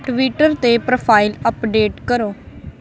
Twitter 'ਤੇ profile update ਕਰੋ